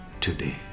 today